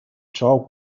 talk